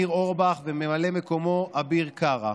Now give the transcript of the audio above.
ניר אורבך, וממלא מקומו: אביר קארה,